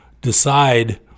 decide